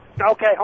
Okay